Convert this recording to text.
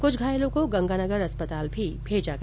कुछ घायलों को गंगानगर अस्पताल भी भेजा गया